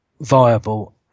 viable